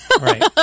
Right